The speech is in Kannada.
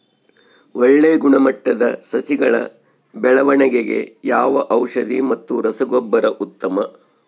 ಒಳ್ಳೆ ಗುಣಮಟ್ಟದ ಸಸಿಗಳ ಬೆಳವಣೆಗೆಗೆ ಯಾವ ಔಷಧಿ ಮತ್ತು ರಸಗೊಬ್ಬರ ಉತ್ತಮ?